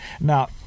Now